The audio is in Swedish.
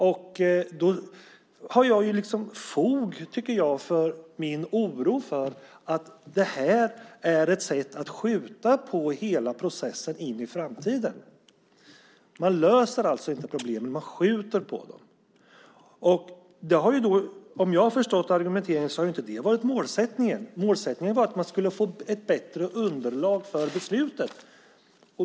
Därför tycker jag att jag har fog för min oro för att detta är ett sätt att skjuta på hela processen in i framtiden. Man löser alltså inte problemen utan skjuter på dem. Om jag har förstått argumenteringen rätt har det inte varit målsättningen. Målsättningen var att man skulle få ett bättre underlag för beslutet.